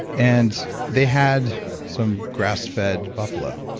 and they had some grass-fed buffalo.